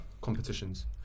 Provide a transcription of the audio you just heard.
competitions